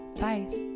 bye